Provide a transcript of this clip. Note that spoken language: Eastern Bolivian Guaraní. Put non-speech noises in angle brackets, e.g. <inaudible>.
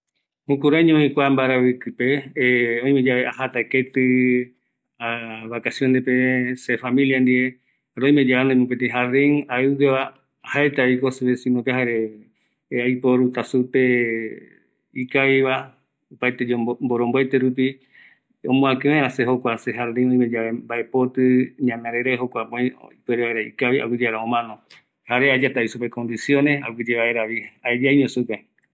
﻿Jukuraiñovi kua mbaravikipe, <hesitation> oime yave ajata keti, vacacionespe, se familia ndie, jare oimeyae anoi mopeti jardin aiugueva, jaetaviko se vecinope jare aiporuta supe ikaviva, opaete yemboromboete rupi omoaki vaera se jardin oime yave mbapoti, ñanarairai, jokuape oiva aguiyearavi omano, jare aeyatavi supe kondiciones aguiye vaeravi aeyaiño supe